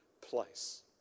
place